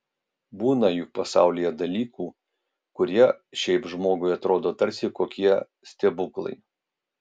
būna juk pasaulyje dalykų kurie šiaip žmogui atrodo tarsi kokie stebuklai